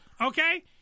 Okay